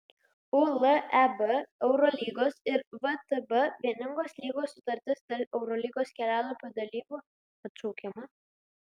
uleb eurolygos ir vtb vieningos lygos sutartis dėl eurolygos kelialapio dalybų atšaukiama